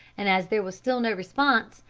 and as there was still no response,